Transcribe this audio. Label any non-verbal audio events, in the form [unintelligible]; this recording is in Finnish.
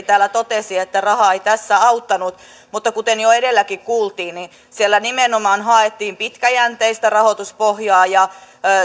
[unintelligible] täällä totesi että raha ei tässä auttanut mutta kuten jo edelläkin kuultiin siellä nimenomaan haettiin pitkäjänteistä rahoituspohjaa ja